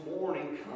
morning